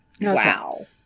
Wow